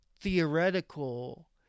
theoretical